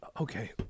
Okay